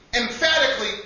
emphatically